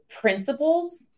principles